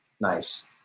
Nice